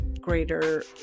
greater